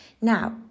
Now